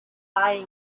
lying